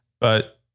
But-